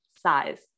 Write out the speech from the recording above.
size